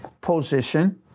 position